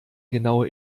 genaue